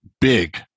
big